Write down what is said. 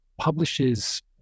publishes